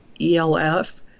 ELF